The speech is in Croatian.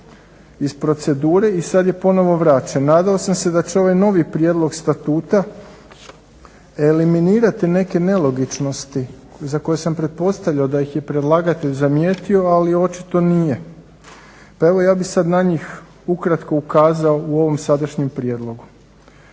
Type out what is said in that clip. iz procedure i sad je ponovno vraćen. Nadao sam se da će ovaj novi prijedlog statuta eliminirati neke nelogičnosti za koje sam pretpostavljao da ih je predlagatelj zamijetio, ali očito nije. Pa evo ja bih sad na njih ukratko ukazao u ovom sadašnjem prijedlogu.